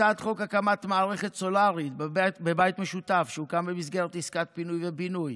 הצעת ךחוק הקמת מערכת סולרית בבית משותף שהוקם במסגרת עסקת פינוי-בינוי,